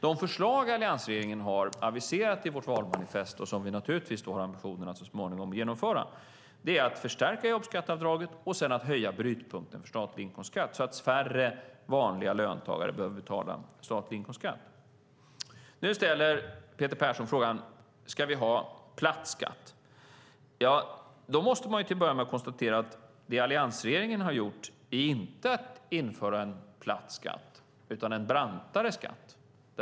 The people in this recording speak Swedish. De förslag som vi i alliansregeringen har aviserat i vårt valmanifest och som vi naturligtvis har ambitionen att så småningom genomföra är att förstärka jobbskatteavdraget och sedan höja brytpunkten för statlig inkomstskatt, så att färre vanliga löntagare behöver betala statlig inkomstskatt. Nu ställer Peter Persson frågan: Ska vi ha platt skatt? Då måste man till att börja med konstatera att alliansregeringen inte har infört en platt skatt, utan en brantare skatt.